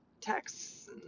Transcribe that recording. texts